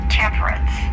temperance